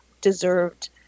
deserved